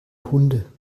hunde